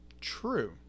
True